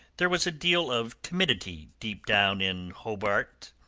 there was a deal of timidity deep down in hobart.